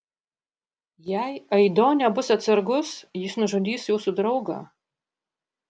jei aido nebus atsargus jis nužudys jūsų draugą